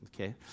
okay